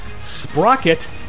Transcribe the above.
Sprocket